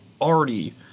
already